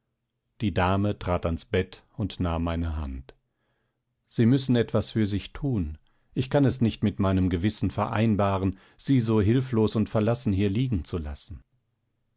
die dame trat ans bett und nahm meine hand sie müssen etwas für sich tun ich kann es nicht mit meinem gewissen vereinbaren sie so hilflos und verlassen hier liegen zu lassen